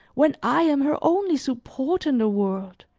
when i am her only support in the world,